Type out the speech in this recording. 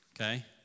okay